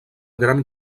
gran